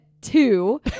Two